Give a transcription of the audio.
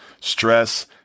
stress